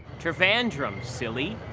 trivandrum, silly.